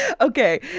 Okay